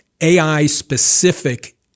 AI-specific